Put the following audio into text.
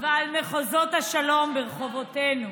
ועל מחוזות השלום ברחובותינו,